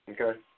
Okay